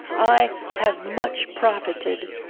i have much profited.